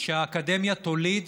שהאקדמיה תוליד